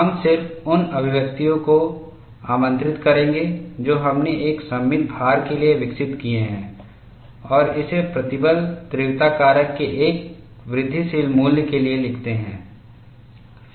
हम सिर्फ उन अभिव्यक्तियों को आमंत्रित करेंगे जो हमने एक सममित भार के लिए विकसित किए हैं और इसे प्रतिबल तीव्रता कारक के एक वृद्धिशील मूल्य के लिए लिखते हैं